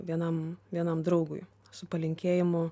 vienam vienam draugui su palinkėjimu